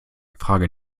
frage